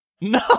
no